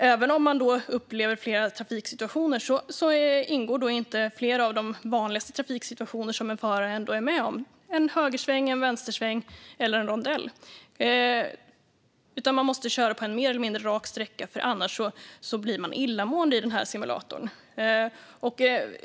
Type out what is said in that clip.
Även om föraren upplever flera trafiksituationer ingår inte flera av de vanligaste situationer som förare är med om, såsom en högersväng, en vänstersväng eller en rondell. Man måste köra på en mer eller mindre rak sträcka, annars blir man illamående i denna simulator.